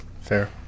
Fair